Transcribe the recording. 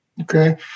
Okay